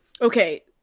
okay